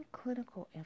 clinical